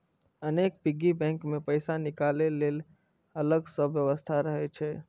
अनेक piggy bank मे पैसा निकालै के लेल अलग सं व्यवस्था रहै छै